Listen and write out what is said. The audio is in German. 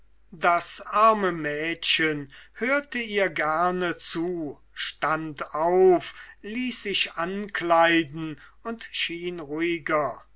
das arme mädchen hörte ihr gerne zu stand auf ließ sich ankleiden und schien ruhiger